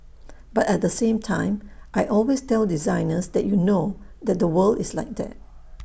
but at the same time I always tell designers that you know that the world is like that